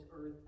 earth